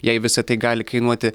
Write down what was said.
jai visa tai gali kainuoti